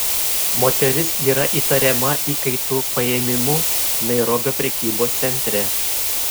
moteris yra įtariama įkaitų paėmimu nairobio prekybos centre